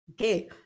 okay